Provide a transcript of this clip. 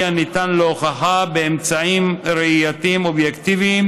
הניתן להוכחה באמצעים ראייתיים אובייקטיביים,